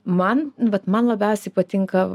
man vat man labiausiai patinka